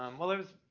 um well there was,